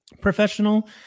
professional